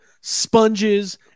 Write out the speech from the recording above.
sponges